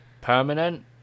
permanent